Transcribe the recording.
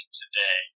today